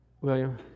William